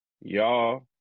y'all